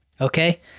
okay